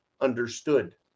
understood